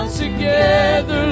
together